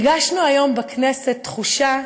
הרגשנו היום בכנסת תחושה